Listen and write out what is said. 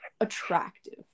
attractive